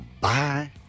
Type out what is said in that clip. bye